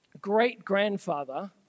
great-grandfather